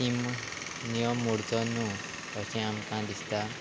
ती नियम उडचो न्हू अशें आमकां दिसता